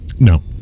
No